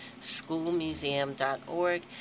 schoolmuseum.org